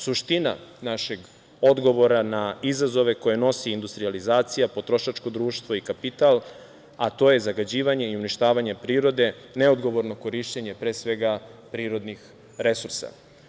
To je suština našeg odgovora na izazove koje nosi industrijalizacija, potrošačko društvo i kapital, a to je zagađivanje i uništavanje prirode, neodgovorno korišćenje pre svega prirodnih resursa.